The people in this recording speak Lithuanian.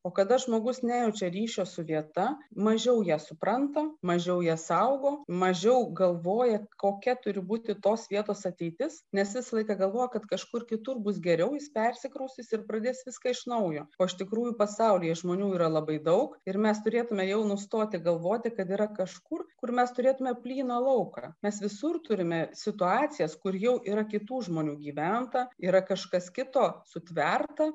o kada žmogus nejaučia ryšio su vieta mažiau ją supranta mažiau ją saugo mažiau galvoja kokia turi būti tos vietos ateitis nes visą laiką galvoja kad kažkur kitur bus geriau jis persikraustys ir pradės viską iš naujo o iš tikrųjų pasaulyje žmonių yra labai daug ir mes turėtume jau nustoti galvoti kad yra kažkur kur mes turėtume plyną lauką mes visur turime situacijas kur jau yra kitų žmonių gyventa yra kažkas kito sutverta